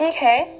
Okay